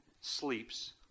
sleeps